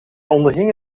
onderging